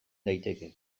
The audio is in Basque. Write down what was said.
daiteke